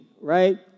right